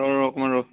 ৰহ ৰহ অকণমান ৰহ